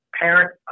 parent